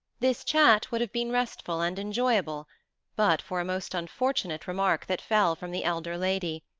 this chat would have been restful and enjoyable but for a most unfortunate remark that fell from the elder lady,